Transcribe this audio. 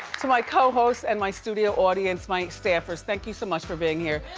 to my co-host and my studio audience, my staffers, thank you so much for being here.